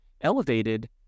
elevated